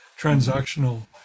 transactional